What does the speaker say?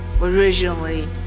originally